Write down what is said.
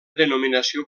denominació